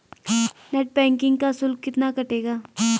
Net banking का शुल्क कितना कटेगा?